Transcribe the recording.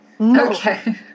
okay